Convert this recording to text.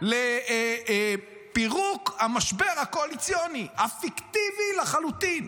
לפירוק המשבר הקואליציוני הפיקטיבי לחלוטין,